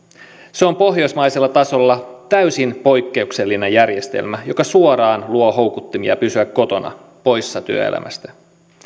se on pohjoismaisella tasolla täysin poikkeuksellinen järjestelmä joka suoraan luo houkuttimia pysyä kotona poissa työelämästä